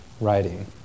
writing